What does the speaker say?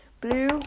Blue